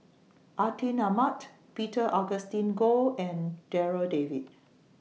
Atin Amat Peter Augustine Goh and Darryl David